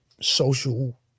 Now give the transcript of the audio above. social